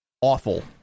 awful